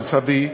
על סבי,